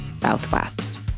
Southwest